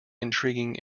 intriguing